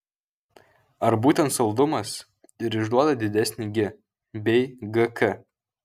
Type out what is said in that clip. ar būtent saldumas ir išduoda didesnį gi bei gk